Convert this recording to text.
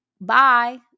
bye